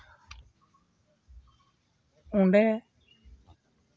ᱚᱸᱰᱮ